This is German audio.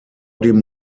dem